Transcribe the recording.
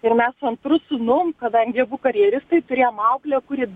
ir mes su antru sūnum kadangi abu karjeristai turėjom auklę kuri dar